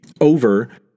over